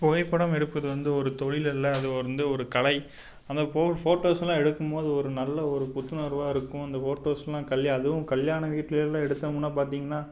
புகைப்படம் எடுப்பது வந்து ஒரு தொழில் அல்ல அது வந்து ஒரு கலை அந்த போர் ஃபோட்டோஸெலாம் எடுக்கும்போது ஒரு நல்ல ஒரு புத்துணர்வாக இருக்கும் அந்த ஃபோட்டோஸெலாம் கல்யா அதுவும் கல்யாண வீட்லெலாம் எடுத்தோம்னால் பார்த்தீங்கன்னா